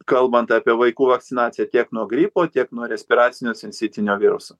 kalbant apie vaikų vakcinaciją tiek nuo gripo tiek nuo respiracinio sincitinio viruso